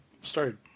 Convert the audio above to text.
started